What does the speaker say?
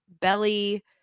Belly